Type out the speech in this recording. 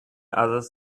others